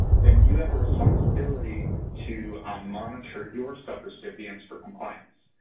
then you have a responsibility to monitor your subrecipients for compliance.